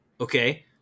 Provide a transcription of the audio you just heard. Okay